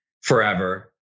forever